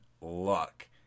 luck